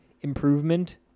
improvement